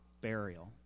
burial